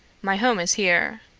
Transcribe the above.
my home is here.